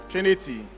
Trinity